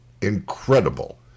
incredible